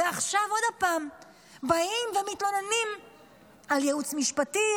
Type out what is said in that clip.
ועכשיו עוד פעם באים ומתלוננים על ייעוץ משפטי,